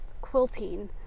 quilting